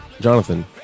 Jonathan